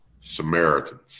Samaritans